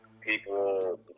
people